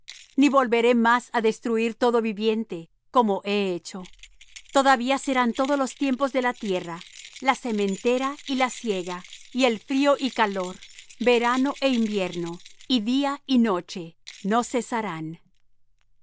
ni volveré más á destruir todo viviente como he hecho todavía serán todos los tiempos de la tierra la sementera y la siega y el frío y calor verano é invierno y día y noche no cesarán